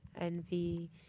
Envy